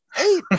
eight